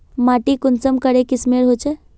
माटी कुंसम करे किस्मेर होचए?